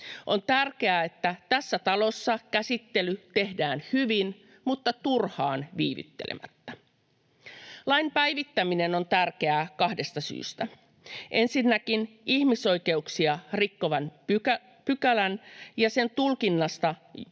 On tärkeää, että tässä talossa käsittely tehdään hyvin mutta turhaan viivyttelemättä. Lain päivittäminen on tärkeää kahdesta syystä: ensinnäkin ihmisoikeuksia rikkovan pykälän ja sen tulkinnasta johtuneiden